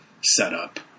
setup